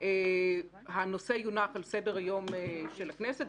הנושא יונח על סדר-היום של הכנסת,